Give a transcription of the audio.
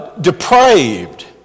Depraved